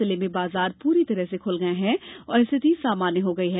जिले में बाजार पूरी तरह से खूल गये हैं और स्थिति सामान्य हो गई है